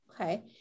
Okay